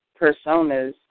personas